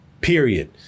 period